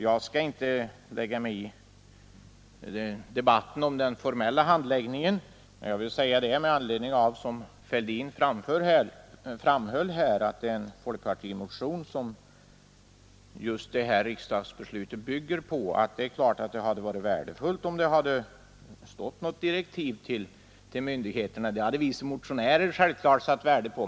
Jag skall inte lägga mig i debatten om den formella handläggningen. Eftersom riksdagsbeslutet, som herr Fälldin framhöll, bygger på en folkpartimotion vill jag emellertid säga att det hade varit värdefullt om myndigheterna hade givits bestämda direktiv — det hade vi motionärer givetvis satt värde på.